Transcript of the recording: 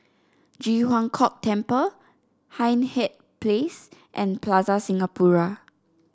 Ji Huang Kok Temple Hindhede Place and Plaza Singapura